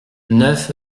neuf